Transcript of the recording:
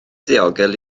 ddiogel